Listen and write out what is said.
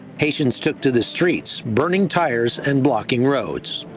haitians took to the streets, burning tires and blocking roads.